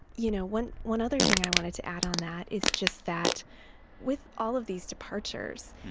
you know, one one other thing i wanted to add on that is just that with all of these departures,